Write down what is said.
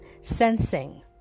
Sensing